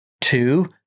Two